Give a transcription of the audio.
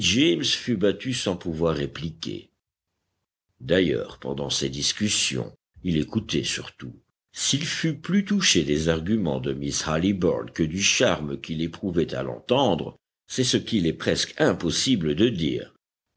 battu sans pouvoir répliquer d'ailleurs pendant ces discussions il écoutait surtout s'il fut plus touché des arguments de miss halliburtt que du charme qu'il éprouvait à l'entendre c'est ce qu'il est presque impossible de dire